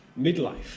midlife